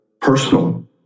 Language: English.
personal